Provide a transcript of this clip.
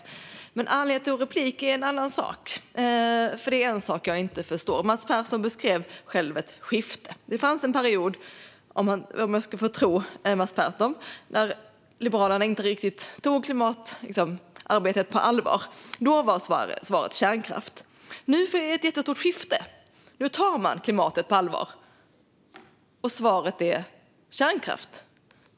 Anledningen till att jag begärde replik är dock en annan. Det är en sak jag inte förstår. Mats Persson beskrev själv ett skifte. Det fanns en period, om jag får tro Mats Persson, när Liberalerna inte riktigt tog klimatarbetet på allvar. Då var svaret kärnkraft. Nu sker ett jättestort skifte. Nu tar man klimatet på allvar. Och svaret är kärnkraft.